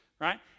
right